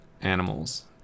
animals